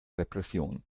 repression